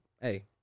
Hey